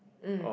mm